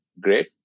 great